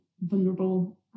vulnerable